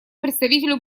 представителю